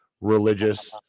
religious